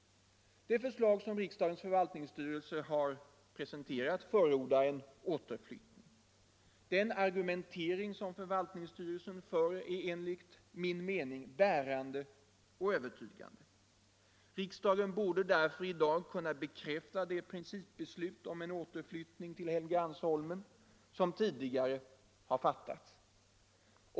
Det förslag som riksdagens förvaltningsstyrelse har presenterat förordar en återflyttning. Den argumentering som förvaltningsstyrelsen för är enligt min mening bärande och övertygande. Riksdagen borde därför i dag kunna bekräfta det principbeslut om en återflyttning till Helgeandsholmen som tidigare fattats.